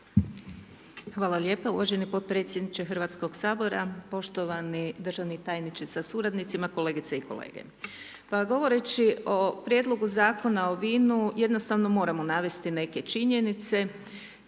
Hvala lijepo, uvažani potpredsjedniče Hrvatskog sabora. Poštovani državni tajniče s suradnicima, kolegice i kolege. Govoreći o Prijedlogu Zakona o vinu, jednostavno moramo navesti neke činjenice,